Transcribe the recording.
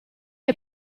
hai